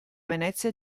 venezia